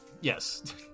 Yes